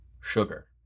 sugar